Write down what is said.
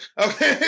Okay